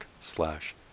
slash